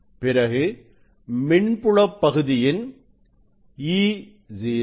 பிறகு மின்புல பகுதியின் eo